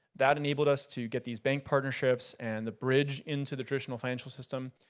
that enabled us to get these bank partnerships and the bridge into the traditional financial system.